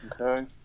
Okay